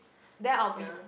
then I'll be